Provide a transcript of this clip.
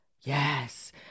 yes